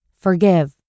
Forgive